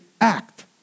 act